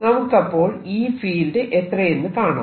നമുക്ക് അപ്പോൾ ഈ ഫീൽഡ് എത്രയെന്ന് കാണണം